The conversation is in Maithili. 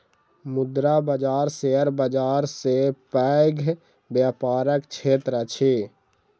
मुद्रा बाजार शेयर बाजार सॅ पैघ व्यापारक क्षेत्र अछि